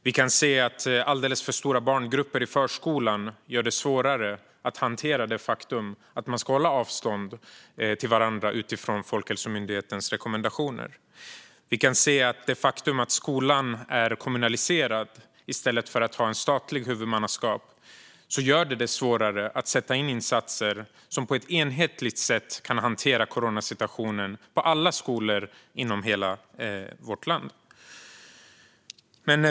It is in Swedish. Vi kan se att alldeles för stora barngrupper i förskolan gör det svårare att hantera det faktum att man ska hålla avstånd till varandra enligt Folkhälsomyndighetens rekommendationer. Vi kan se att det faktum att skolan är kommunaliserad i stället för att ha en statlig huvudman gör att det är svårare att sätta in insatser som på ett enhetligt sätt kan hantera coronasituationen på alla skolor i hela vårt land.